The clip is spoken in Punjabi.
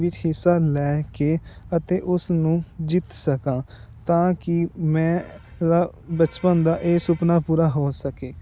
ਵਿੱਚ ਹਿੱਸਾ ਲੈ ਕੇ ਅਤੇ ਉਸ ਨੂੰ ਜਿੱਤ ਸਕਾਂ ਤਾਂ ਕਿ ਮੈਂ ਬਚਪਨ ਦਾ ਇਹ ਸੁਪਨਾ ਪੂਰਾ ਹੋ ਸਕੇ